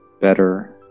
better